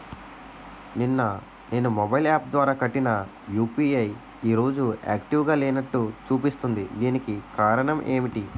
నిన్న నేను mobile app ద్వారా కట్టిన యు.పి.ఐ ఈ రోజు యాక్టివ్ గా లేనట్టు చూపిస్తుంది దీనికి కారణం ఏమిటి?